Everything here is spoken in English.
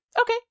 Okay